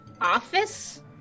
office